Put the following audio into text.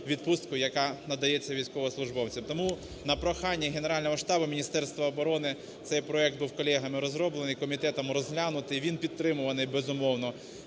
яка надається військовослужбовцям. Тому на прохання Генерального штабу Міністерства оборони цей проект був колегами розроблений, комітетом розглянутий, він підтриманий, безумовно,